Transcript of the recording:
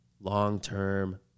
long-term